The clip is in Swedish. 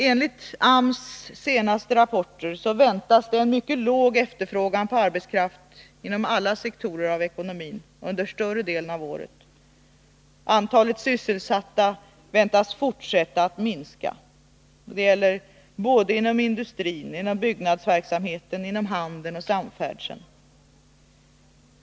Enligt arbetsmarknadsstyrelsens senaste rapporter väntas en mycket låg efterfrågan på arbetskraft inom alla sektorer av ekonomin under större delen av året. Antalet sysselsatta väntas fortsätta att minska — inom industrin, byggnadsverksamheten, handeln och samfärdseln.